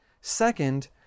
second